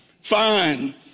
fine